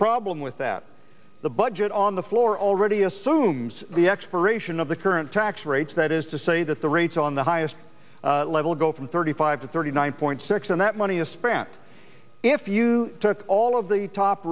problem with that the budget on the floor already assume the expiration of the current tax rates that is to say that the rates on the highest level go from thirty five to thirty nine point six and that money is spent if you took all of the top